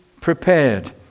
prepared